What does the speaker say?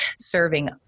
serving